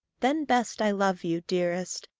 then best i love you, dearest,